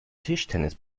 tischtennis